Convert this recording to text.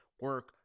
Work